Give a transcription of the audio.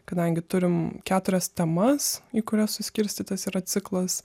kadangi turim keturias temas į kurias suskirstytas yra ciklas